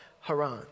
Haran